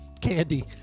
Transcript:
candy